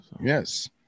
yes